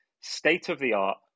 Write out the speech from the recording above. state-of-the-art